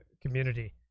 community